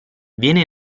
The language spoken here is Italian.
viene